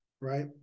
right